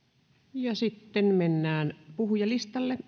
sitten mennään puhujalistalle